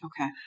Okay